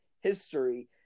history